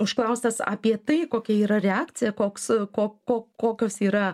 užklaustas apie tai kokia yra reakcija koks ko ko kokios yra